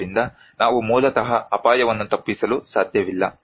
ಆದ್ದರಿಂದ ನಾವು ಮೂಲತಃ ಅಪಾಯವನ್ನು ತಪ್ಪಿಸಲು ಸಾಧ್ಯವಿಲ್ಲ